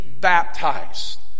baptized